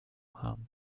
harm